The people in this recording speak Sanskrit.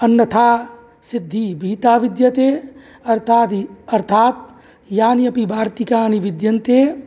अन्यथा सिद्धिः विहिता विद्यते अर्थाद अर्थात् यानि अपि वार्तिकानि विद्यन्ते